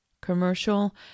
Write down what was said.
commercial